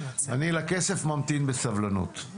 אני לכסף ממתין בסבלנות.